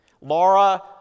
Laura